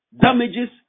damages